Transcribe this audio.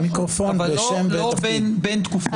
לא בין תקופות.